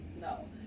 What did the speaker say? no